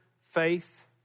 faith